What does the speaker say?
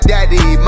Daddy